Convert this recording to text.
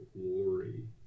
glory